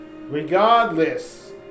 Regardless